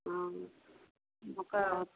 हाँ मक्का होता